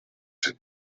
have